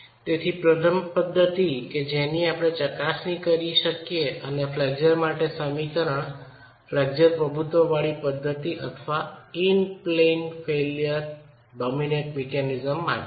તેથી પ્રથમ પદ્ધતિ કે જેની આપણે ચકાસણી કરી શકીએ અને ફ્લેક્ચર માટે સમીકરણ ફ્લેક્ચર પ્રભુત્વવાળી પદ્ધતિ અથવા in plane flexure dominate mechanism માટે છે